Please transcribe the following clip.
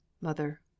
mother